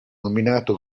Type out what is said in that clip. nominato